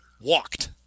walked